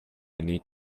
need